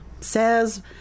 says